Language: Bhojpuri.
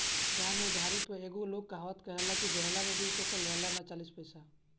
गांव में उधारी पे लोग एगो कहावत कहेला कि देहला में बीस बेमारी, लेहला में चालीस बेमारी